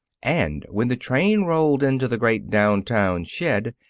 and when the train rolled into the great down-town shed,